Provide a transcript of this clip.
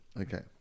Okay